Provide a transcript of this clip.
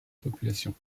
population